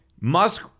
Musk